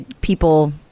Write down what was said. people